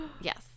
Yes